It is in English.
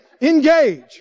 engage